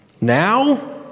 Now